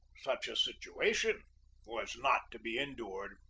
such a situation was not to be endured.